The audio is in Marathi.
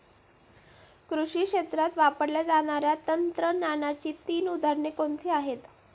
कृषी क्षेत्रात वापरल्या जाणाऱ्या तंत्रज्ञानाची तीन उदाहरणे कोणती आहेत?